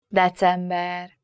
december